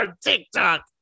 TikTok